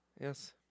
Yes